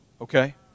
Okay